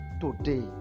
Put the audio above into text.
today